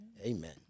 Amen